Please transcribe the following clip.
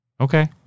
Okay